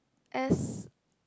as